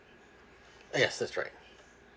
yes that's right